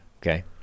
Okay